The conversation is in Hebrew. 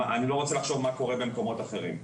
אני לא רוצה לחשוב מה קורה במקומות אחרים,